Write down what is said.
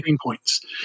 points